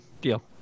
Deal